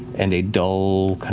and a dull